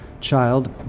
child